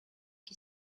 qui